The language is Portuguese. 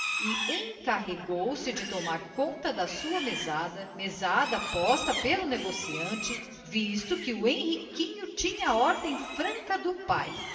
encarregou-se de tomar conta da sua mesada mesada posta pelo negociante visto que o henriquinho tinha ordem franca do pai